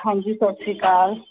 ਹਾਂਜੀ ਸਤਿ ਸ਼੍ਰੀ ਅਕਾਲ